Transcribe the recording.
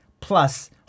plus